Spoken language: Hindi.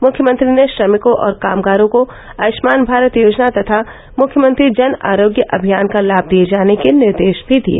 मुख्यमंत्री ने श्रमिकों और कामगारों को आयुष्मान भारत योजना तथा मुख्यमंत्री जन आरोग्य अभियान का लाभ दिये जाने के निर्देश भी दिये